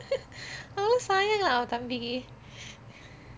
அவன் ரொம்ப:avan romba sayang lah அவன் தம்பிக்கு:avan thambiku